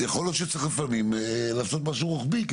יכול להיות שצריך לפעמים לעשות משהו רוחבי,